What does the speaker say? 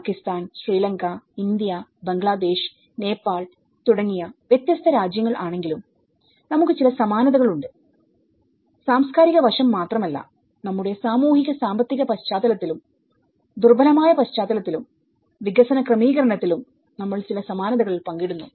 പാകിസ്ഥാൻശ്രീലങ്ക India Bangladesh Nepal തുടങ്ങിയ വ്യത്യസ്ത രാജ്യങ്ങൾ ആണെങ്കിലും നമുക്ക് ചില സമാനതകൾ ഉണ്ട്സാംസ്കാരിക വശം മാത്രമല്ല നമ്മുടെ സാമൂഹിക സാമ്പത്തിക പശ്ചാത്തലത്തിലും ദുർബലമായ പശ്ചാത്തലത്തിലും വികസന ക്രമീകരണത്തിലും നമ്മൾ ചില സമാനതകൾ പങ്കിടുന്നു